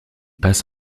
passe